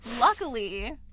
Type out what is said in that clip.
Luckily